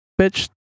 bitch